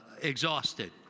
exhausted